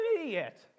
idiot